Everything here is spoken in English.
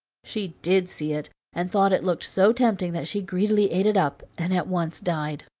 she did see it, and thought it looked so tempting that she greedily ate it up and at once died.